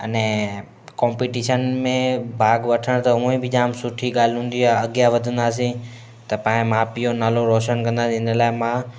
अने कॉम्पिटिशन में भाग वठण त उहे बि जाम सुठी ॻाल्हि हूंदी आहे अॻियां वधंदासीं त पंहिंजे माउ पीउ जो नालो रोशन कंदा इन लाए मां